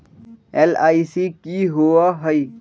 LIC की होअ हई?